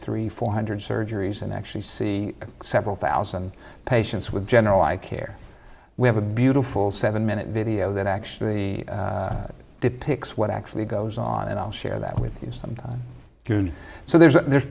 three four hundred surgeries and actually see several thousand patients with general i care we have a beautiful seven minute video that actually depicts what actually goes on and i'll share that with you some good so there's a there's